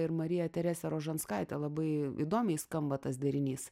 ir mariją teresę rožanskaitę labai įdomiai skamba tas derinys